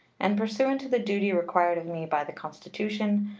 and, pursuant to the duty required of me by the constitution,